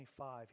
25